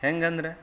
ಹೇಗಂದ್ರೆ